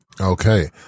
Okay